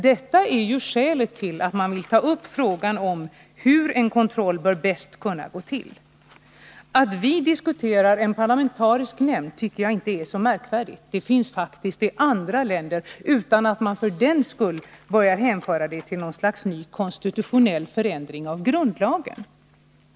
Detta är ju skälet till att man vill ta upp frågan om hur en kontroll bäst kan gå till. Att vi diskuterar en parlamentarisk nämnd tycker jag inte är så märkvärdigt — sådana finns faktiskt i andra länder. För den skull behöver man inte hänföra det till något slags konstitutionell förändring av grundlagen.